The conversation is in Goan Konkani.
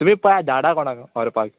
तुमी पळय धाडा कोणाक व्हरपाक